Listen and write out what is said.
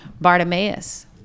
bartimaeus